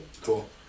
Cool